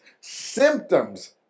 symptoms